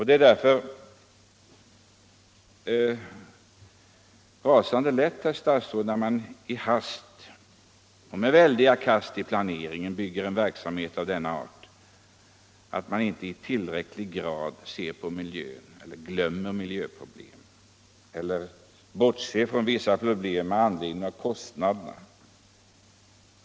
Det är därför rasande lätt, när man i hast och med väldiga kast i planeringen bygger en verksamhet av denna art, att man inte i tillräcklig grad ser på miljön, glömmer miljöproblem eller bortser från vissa problem med anledning av kostnaderna.